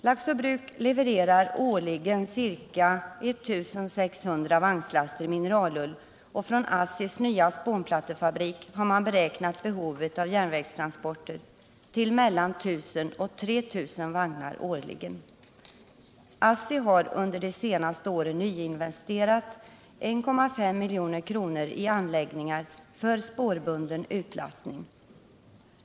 Laxå Bruk levererar årligen ca 1 600 vagnslaster mineralull, och man har beräknat behovet av järnvägstransporter från ASSI:s nya spånplattefabrik till mellan 1 000-3 000 vagnar årligen. ASSI har under de senaste åren nyinvesterat 1,5 milj.kr. i anläggningar för spårbunden utlastning.